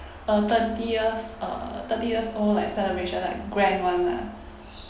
uh thirtieth uh thirty years old like celebration like grand one lah